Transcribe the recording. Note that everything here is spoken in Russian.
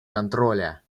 контроля